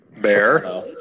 Bear